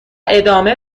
ادامه